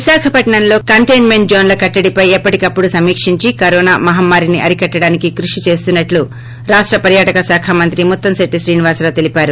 విశాఖపట్సంలో containment జోన్ల కట్లడి పై ఎప్పటికప్పుడు సమీక్షించి కరోనా మహమ్మారిని అరికట్టడానికి కృషి చేస్తున్నట్లురాష్ట పర్యాటక శాఖా మంత్రి ముత్తంశెట్టి శ్రీనివాస రావు తెలిపారు